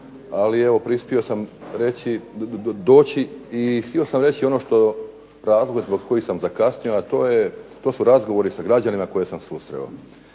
ali evo prispio sam doći i htio sam reći razlog zbog kojeg sam zakasnio, a to razgovori sa građanima koje sam susreo.